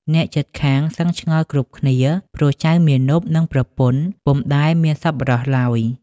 អ្នកជិតខាងសឹងឆ្ងល់គ្រប់គ្នា ព្រោះចៅមាណព និងប្រពន្ធពុំដែលមានសប្បុរសឡើយ។